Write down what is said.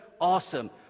awesome